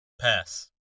Pass